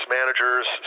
managers